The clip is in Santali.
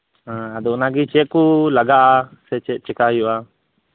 ᱦᱮᱸ ᱟᱫᱚ ᱚᱱᱟᱜᱮ ᱪᱮᱫ ᱠᱚ ᱞᱟᱜᱟᱜᱼᱟ ᱥᱮ ᱪᱮᱫ ᱪᱮᱠᱟᱭ ᱦᱩᱭᱩᱜᱼᱟ